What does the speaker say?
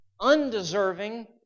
undeserving